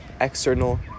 external